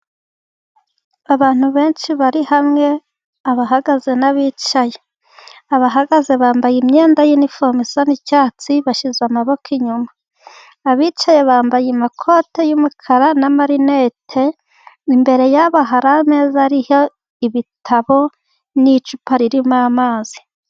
Abantu benshi bari hamwe abahagaze n'abicaye. Abahagaze bambaye imyenda ya uniforme zisa n'icyatsi, bashize amaboko inyuma. Abicaye bambaye amakote y'umukara n'amarinete, imbere yabo hari ameza ariho ibitabo n'i icupa ririmo amazi.